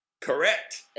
Correct